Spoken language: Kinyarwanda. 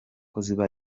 guhita